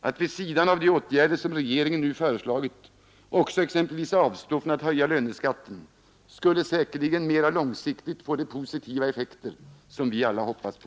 Att vid sidan av de åtgärder som regeringen nu föreslagit också exempelvis avstå från att höja löneskatten skulle säkerligen mera långsiktigt få de positiva effekter, som vi alla hoppas på.